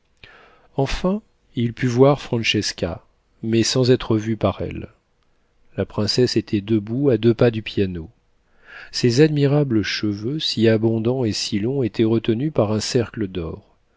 enfin il put voir francesca mais sans être vu par elle la princesse était debout à deux pas du piano ses admirables cheveux si abondants et si longs étaient retenus par un cercle d'or